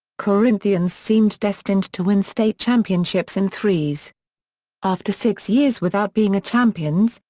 corinthians seemed destined to win state championships in threes after six years without being a champions,